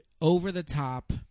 over-the-top